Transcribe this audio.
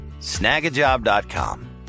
snagajob.com